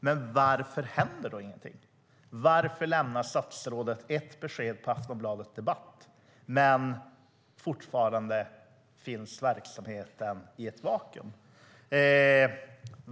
Men varför händer då ingenting? Varför lämnar statsrådet ett besked på Aftonbladet Debatt när verksamheten fortfarande finns i ett vakuum?